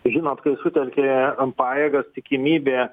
žinot kai sutelkė pajėgas tikimybė